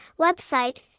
Website